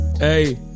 Hey